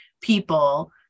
people